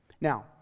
Now